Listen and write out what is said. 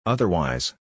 Otherwise